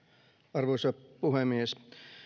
arvoisa puhemies